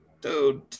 dude